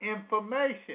information